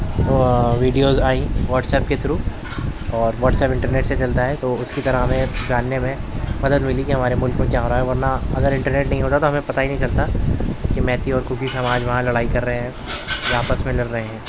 videos آئیں WhatsApp کے through اور واٹسپ انٹرنیٹ سے چلتا ہے تو اس کی طرح ہمیں جاننے میں مدد ملی کہ ہمارے ملک میں کیا ہو رہا ہے ورنہ اگر انٹرنیٹ نہیں ہوتا تو ہمیں پتہ ہی نہیں چلتا کہ میتی اور کوکی وہاں وہاں لڑائی کر رہے ہیں یا آپس میں لڑ رہے ہیں